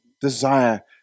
desire